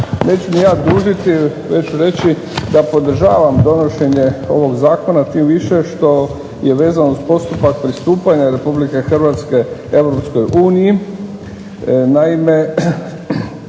Neću ni ja dužiti već ću reći da podržavam donošenje ovog zakona, tim više što je vezano uz postupak pristupanja Republike Hrvatske